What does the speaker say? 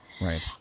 right